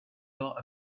alors